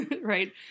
right